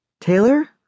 Taylor